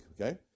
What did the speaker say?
okay